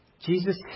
Jesus